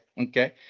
okay